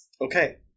Okay